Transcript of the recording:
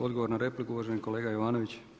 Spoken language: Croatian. Odgovor na repliku uvaženi kolega Jovanović.